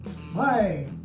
Hi